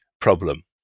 problem